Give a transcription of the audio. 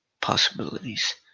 possibilities